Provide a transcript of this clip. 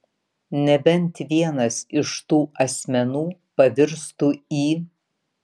nebent vienas iš tų asmenų pavirstų į